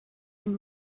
and